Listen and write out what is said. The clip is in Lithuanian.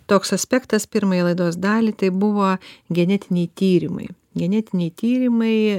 toks aspektas pirmai laidos daliai tai buvo genetiniai tyrimai genetiniai tyrimai